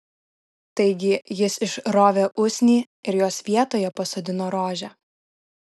taigi jis išrovė usnį ir jos vietoje pasodino rožę